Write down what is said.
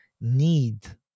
need